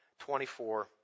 24